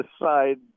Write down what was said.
decide